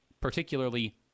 particularly